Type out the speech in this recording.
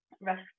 rest